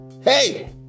Hey